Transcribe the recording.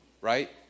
Right